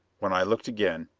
when i looked again,